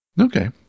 Okay